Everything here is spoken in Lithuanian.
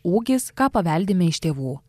ūgis ką paveldime iš tėvų